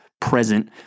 present